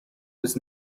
was